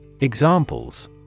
Examples